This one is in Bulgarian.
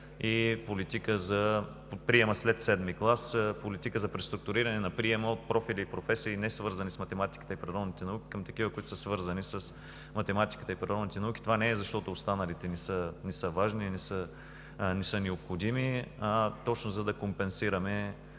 и политика за приема след VII клас, политика за преструктуриране на приема от профили и професии, несвързани с математиката и природните науки към такива, които са свързани с математиката и природните науки. Това не е защото останалите не са важни и не са необходими, а точно, за да компенсираме